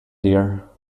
dear